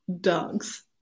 Dogs